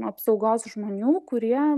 apsaugos žmonių kurie